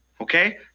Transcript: okay